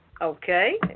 okay